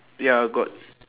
ya got